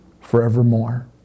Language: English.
forevermore